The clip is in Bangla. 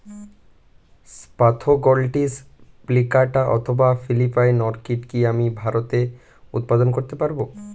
স্প্যাথোগ্লটিস প্লিকাটা অথবা ফিলিপাইন অর্কিড কি আমি ভারতে উৎপাদন করতে পারবো?